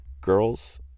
girls